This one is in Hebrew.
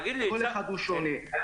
כל אחד הוא שונה.